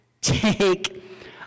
take